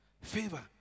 favor